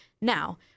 Now